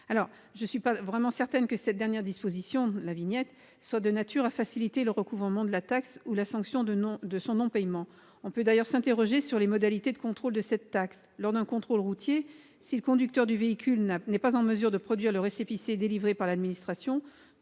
Je ne suis pas certaine que cette dernière disposition- la « vignette » -soit de nature à faciliter le recouvrement de la taxe ou la sanction de son non-paiement. On peut d'ailleurs s'interroger sur les modalités de contrôle de cette taxe : lors d'un contrôle routier, si le conducteur du véhicule n'est pas en mesure de produire le récépissé délivré par l'administration,